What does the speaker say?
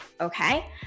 okay